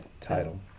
title